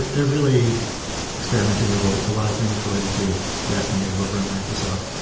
they're really experimenting with a lot of things related to react native over at microsoft.